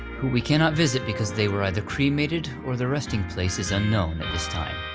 who we cannot visit because they were either cremated, or their resting place is unknown at this time.